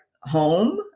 home